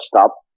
stop